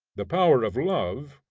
the power of love,